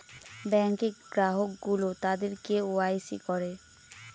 ব্যাঙ্কে গ্রাহক গুলো তাদের কে ওয়াই সি করে